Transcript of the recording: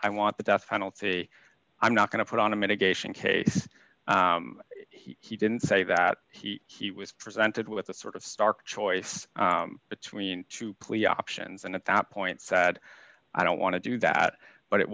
i want the death penalty i'm not going to put on a mitigation case he didn't say that he he was presented with a sort of stark choice between two plea options and at that point said i don't want to do that but it